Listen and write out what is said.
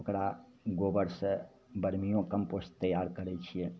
ओकरा गोबरसे बर्मिओ कम्पोस्ट तैआर करै छिए